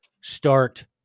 start –